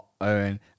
own